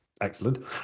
excellent